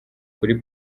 kuri